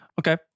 Okay